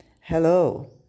hello